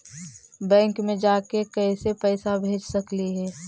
Bank मे जाके कैसे पैसा भेज सकली हे?